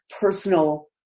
personal